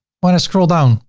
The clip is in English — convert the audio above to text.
when i scroll down,